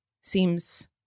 seems